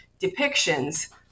depictions